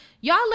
Y'all